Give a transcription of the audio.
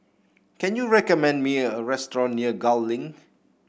can you recommend me a restaurant near Gul Link